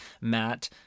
matt